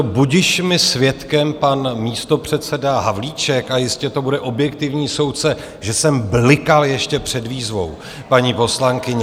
Budiž mi svědkem pan místopředseda Havlíček, a jistě to bude objektivní soudce, že jsem blikal ještě před výzvou paní poslankyně.